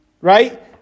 right